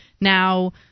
now